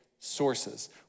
sources